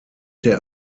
der